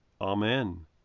Amen